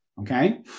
Okay